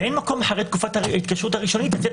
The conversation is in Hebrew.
ואין מקום אחרי תקופת ההתקשרות הראשונית לצאת